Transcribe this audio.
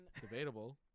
Debatable